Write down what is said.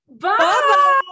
Bye